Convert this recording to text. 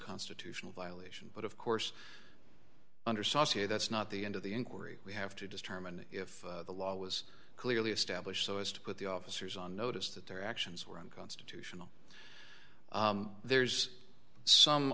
constitutional violation but of course under saucy that's not the end of the inquiry we have to determine if the law was clearly established so as to put the officers on notice that their actions were unconstitutional there's some